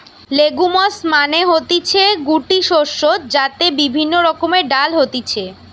legumes মানে হতিছে গুটি শস্য যাতে বিভিন্ন রকমের ডাল হতিছে